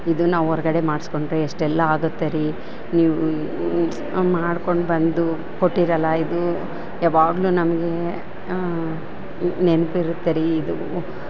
ಇದನ್ನ ಹೊರ್ಗಡೆ ಮಾಡಿಸ್ಕೊಂಡ್ರೆ ಎಷ್ಟೆಲ್ಲ ಆಗುತ್ತೆ ರಿ ನೀವು ಮಾಡ್ಕೊಂಡು ಬಂದು ಕೊಟ್ಟಿರಲ್ಲ ಇದು ಯವಾಗಲು ನಮಗೆ ನೆನಪಿರುತ್ತೆ ರಿ ಇದು